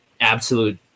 absolute